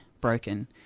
broken